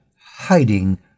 hiding